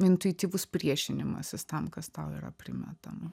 intuityvus priešinimasis tam kas tau yra primetama